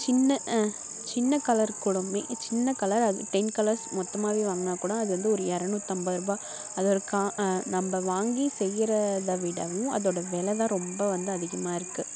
சின்ன சின்ன கலர் கூடவுமே சின்ன கலர் அது டென் கலர்ஸ் மொத்தமாகவே வாங்கினா கூட அது வந்து ஒரு இரநூத்தம்பதுரூபா அதோட கா நம்ப வாங்கி செய்யிற இதை விடவும் அதோட வில தான் ரொம்ப வந்து அதிகமாக இருக்கு